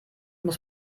muss